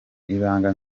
ibanga